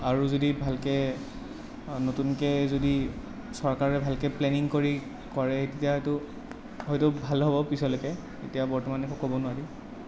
আৰু যদি ভালকৈ নতুনকৈ যদি চৰকাৰে ভালকৈ প্লেনিং কৰি কৰে তেতিয়াতো হয়তো ভাল হ'ব পিছলেকে এতিয়া বৰ্তমান একো ক'ব নোৱাৰি